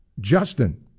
Justin